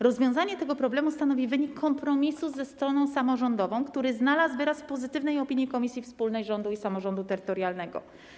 Rozwiązanie tego problemu stanowi wynik kompromisu ze stroną samorządową, który znalazł wyraz w pozytywnej opinii Komisji Wspólnej Rządu i Samorządu Terytorialnego.